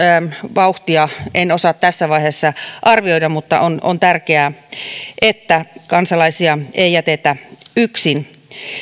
vauhtia en osaa tässä vaiheessa arvioida mutta on on tärkeää että kansalaisia ei jätetä yksin